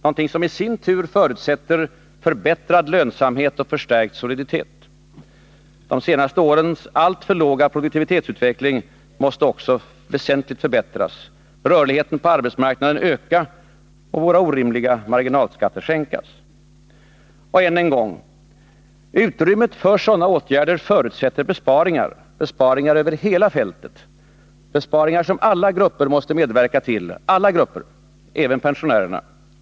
Något som i sin tur förutsätter förbättrad lönsamhet och förstärkt soliditet. De senaste årens alltför låga produktivitetsutveckling måste också väsentligt förbättras. Rörligheten på arbetsmarknaden måste öka och våra orimliga marginalskatter sänkas. Och — än en gång — ökat utrymme för sådana åtgärder förutsätter besparingar. Besparingar över hela fältet. Besparingar som alla grupper, även pensionärerna, måste medverka till.